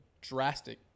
drastic